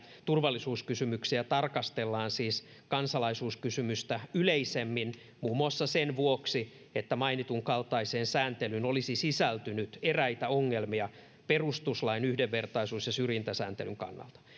turvallisuuskysymyksissä tarkastellaan siis kansalaisuuskysymystä yleisemmin muun muassa sen vuoksi että mainitun kaltaiseen sääntelyyn olisi sisältynyt eräitä ongelmia perustuslain yhdenvertaisuus ja syrjintäsääntelyn kannalta